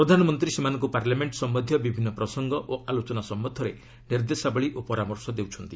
ପ୍ରଧାନମନ୍ତ୍ରୀ ସେମାନଙ୍କୁ ପାର୍ଲାମେଣ୍ଟ ସମ୍ୟନ୍ଧୀୟ ବିଭିନ୍ନ ପ୍ରସଙ୍ଗ ଓ ଆଲୋଚନା ସମ୍ଭନ୍ଧରେ ନିର୍ଦ୍ଦେଶାବଳୀ ଓ ପରାମର୍ଶ ଦେଉଛନ୍ତି